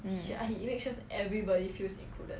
mm